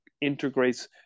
integrates